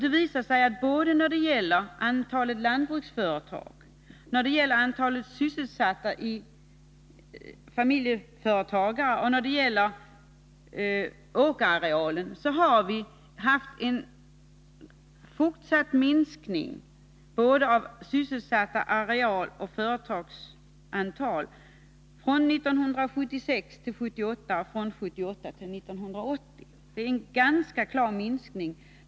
Det visade sig att när det gäller både antalet lantbruksföretag, antalet sysselsatta i familjejordbruk och storleken på åkerarealen har det varit fråga om en fortsatt minskning från 1976 till 1978 och från 1978 till 1980. Det är en ganska klar minskning.